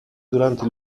durante